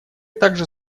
также